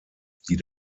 die